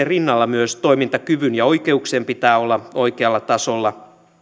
rinnalla myös toimintakyvyn ja oikeuksien pitää olla oikealla tasolla